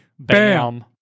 Bam